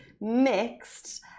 mixed